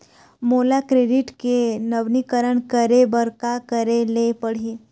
मोला क्रेडिट के नवीनीकरण करे बर का करे ले पड़ही?